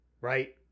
right